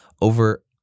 over